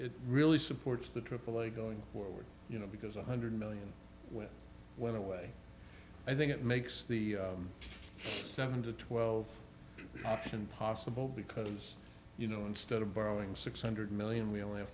it really supports the aaa going forward you know because one hundred million which went away i think it makes the seven to twelve option possible because you know instead of borrowing six hundred million we only have